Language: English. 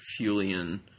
Fulian